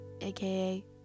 aka